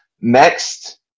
next